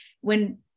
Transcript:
When-